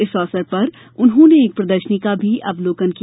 इस अवसर पर उन्होंने एक प्रदर्शनी का भी अवलोकन किया